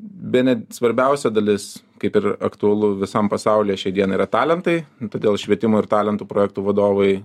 bene svarbiausia dalis kaip ir aktualu visam pasaulyje šiandien yra talentai todėl švietimo ir talentų projektų vadovai